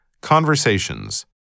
Conversations